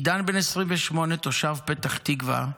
עידן, בן 28, תושב פתח תקווה,